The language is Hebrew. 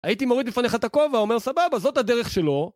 הייתי מוריד לפניך את הכובע, אומר סבבה, זאת הדרך שלו